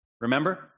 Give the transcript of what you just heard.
Remember